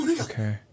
Okay